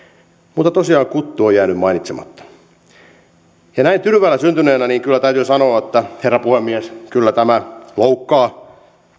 mutta tosiaan kuttu on jäänyt mainitsematta näin tyrväällä syntyneenä kyllä täytyy sanoa herra puhemies että kyllä tämä loukkaa